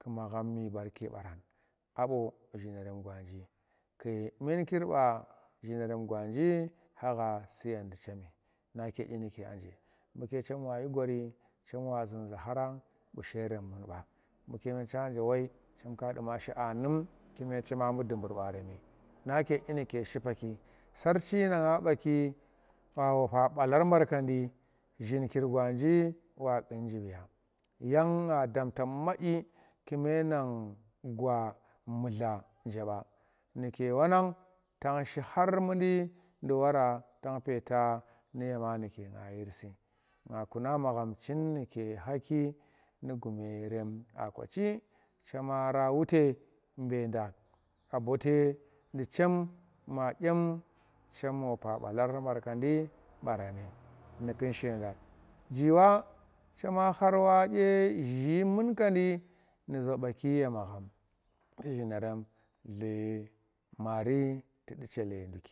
Magham mii barke barani abo zhinerem gwanji ku munkir bwa zhinerem gwanji kha ha suyen nu chem nake dinike aje mwuke chenwa yigwori chem wa zun za khara bu sherem mun ba buke ta nje woi to ka duma shi anun kimeshi mwanum bu dubur baarem nake dyi nuke shipaki sarchi nang na baki ma wopa balar barkandi zhinkir gwanji wa gun jir ya yana naa samta madyi kume nang gwa mudla je ba nuke wanang ta shi khar mundi ye wora tang peeta yema nuke a yir si nga kuna magham kume chin nuke khaki nu gumerem aa kochi chem ra wute bee da a boote nu chem ma, dyem chem wopa balar barkandi barani nu kunshe da jiwa chema khar wa dye zhi munkan di nu zobaki ye magham zhinerem lii mari tu du chele.